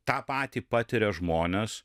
tą patį patiria žmonės